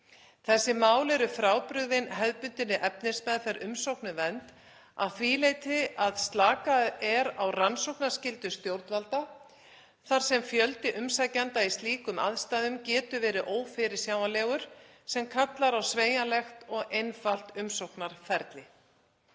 Þessi mál eru frábrugðin hefðbundinni efnismeðferð umsókna um vernd að því leyti að slakað er á rannsóknarskyldu stjórnvalda þar sem fjöldi umsækjenda í slíkum aðstæðum getur verið ófyrirsjáanlegur, sem kallar á sveigjanlegt og einfalt umsóknarferli.